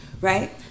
right